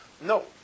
No